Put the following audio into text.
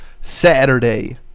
Saturday